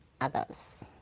others